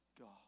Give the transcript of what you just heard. God